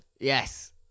Yes